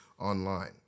online